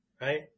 Right